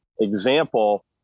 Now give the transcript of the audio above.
example